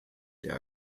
der